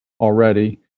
already